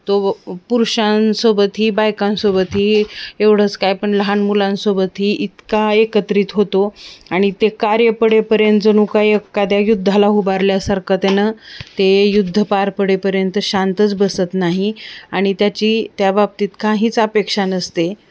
तो पुरुषांसोबत ही बायकांसोबत ही एवढंच काय पण लहान मुलांसोबत ही इतका एकत्रित होतो आणि ते कार्यपडेपर्यंत जणू काय एखाद्या युद्धाला उभारल्यासारखं त्यानं ते युद्ध पार पडेपर्यंत शांतच बसत नाही आणि त्याची त्याबाबतीत काहीच अपेक्षा नसते